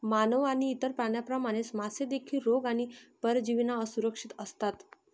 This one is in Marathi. मानव आणि इतर प्राण्यांप्रमाणे, मासे देखील रोग आणि परजीवींना असुरक्षित असतात